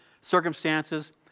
circumstances